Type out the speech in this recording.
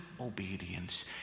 obedience